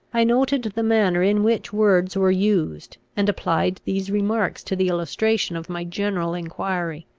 i noted the manner in which words were used, and applied these remarks to the illustration of my general enquiry.